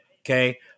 Okay